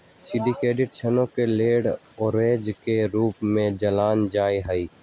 syndicated ऋण के lead arrangers के रूप में जानल जा हई